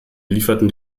lieferten